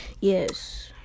yes